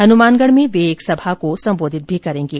हनुमानगढ़ में वे एक सभा को संबोधित भी करेंगे